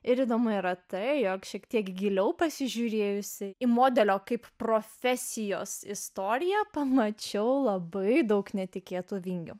ir įdomu yra tai jog šiek tiek giliau pasižiūrėjusi į modelio kaip profesijos istoriją pamačiau labai daug netikėtų vingių